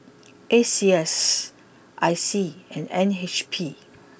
A C S I C and N H B